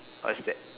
what's that